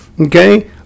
Okay